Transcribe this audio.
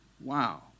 Wow